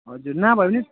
हजुर नभए पनि